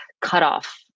cutoff